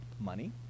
money